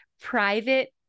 private